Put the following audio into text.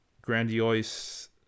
grandiose